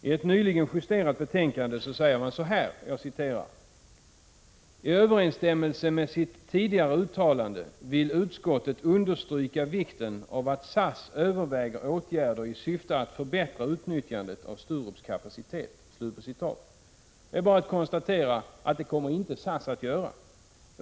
I ett nyligen justerat betänkande säger man så här: ”I överensstämmelse med sitt tidigare uttalande vill utskottet understryka vikten av att SAS överväger åtgärder i syfte att förbättra utnyttjandet av Sturups kapacitet.” Det är bara att konstatera: det kommer SAS inte att göra.